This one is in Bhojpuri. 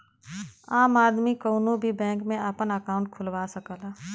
आम आदमी कउनो भी बैंक में आपन अंकाउट खुलवा सकला